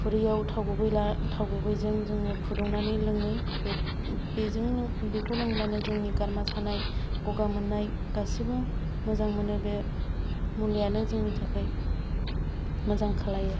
खुरैआव थाव गुबैजों जोङो फुदुंनानै लोङो बेजों बेखौ लोंब्लानो जोंनि गारामा सानाय गगा मोननाय गासिबो मोजां मोनो बे मुलियानो जोंनि थाखाय मोजां खालायो